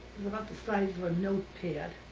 about the size of a notepad.